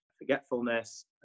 forgetfulness